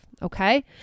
Okay